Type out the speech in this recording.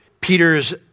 Peter's